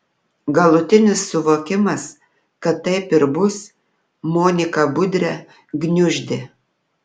galutinis suvokimas kad taip ir bus moniką budrę gniuždė